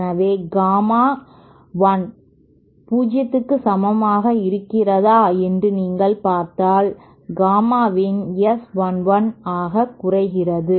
எனவே காமா 1 0 க்கு சமமாக இருக்கிறதா என்று நீங்கள் பார்த்தால் காமா இன் S11 ஆக குறைகிறது